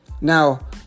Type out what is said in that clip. Now